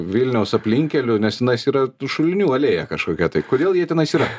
vilniaus aplinkkeliu nes tenais yra tų šulinių alėja kažkokia tai kodėl jie tenais yra